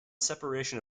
separation